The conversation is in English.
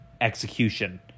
execution